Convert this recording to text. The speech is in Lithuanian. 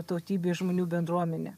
tautybės žmonių bendruomenė